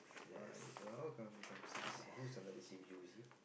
five oh how come become six who's another is it